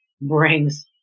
brings